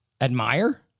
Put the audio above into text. admire